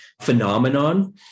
phenomenon